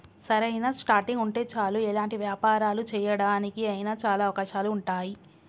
సరైన స్టార్టింగ్ ఉంటే చాలు ఎలాంటి వ్యాపారాలు చేయడానికి అయినా చాలా అవకాశాలు ఉంటాయి